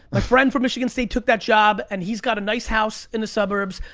my friend from michigan state took that job, and he's got a nice house in the suburbs.